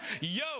yo